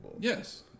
Yes